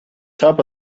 top